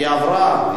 היא עברה.